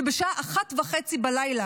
שבשעה 01:30,